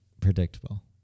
predictable